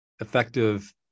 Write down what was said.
effective